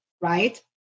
right